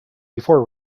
before